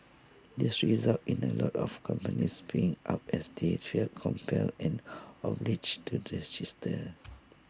this resulted in A lot of companies paying up as they felt compelled and obliged to register